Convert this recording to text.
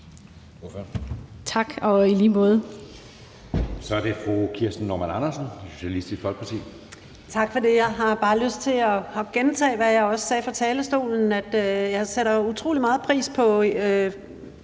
Tak, og i lige måde.